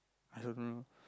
i don't know